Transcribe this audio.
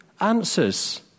answers